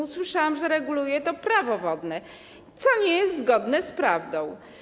Usłyszałam, że reguluje to Prawo wodne, co nie jest zgodne z prawdą.